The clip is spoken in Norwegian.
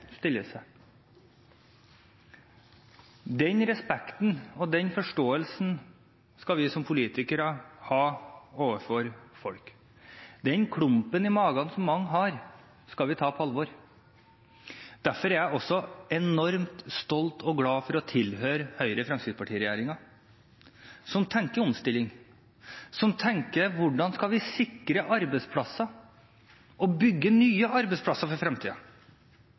stiller seg. Den respekten og den forståelsen skal vi som politikere ha for folk. Den klumpen i magen som mange har, skal vi ta på alvor. Derfor er jeg også enormt stolt over og glad for å tilhøre Høyre–Fremskrittsparti-regjeringen, som tenker omstilling, som tenker: Hvordan skal vi sikre arbeidsplasser og bygge nye arbeidsplasser for